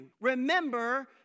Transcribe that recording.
Remember